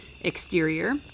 exterior